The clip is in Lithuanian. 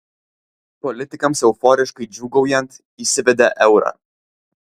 politikams euforiškai džiūgaujant įsivedė eurą